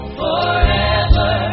forever